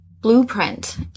blueprint